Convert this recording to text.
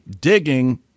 digging